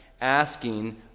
asking